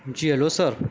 جی hello سر